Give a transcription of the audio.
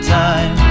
time